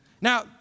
Now